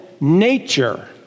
nature